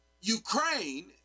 Ukraine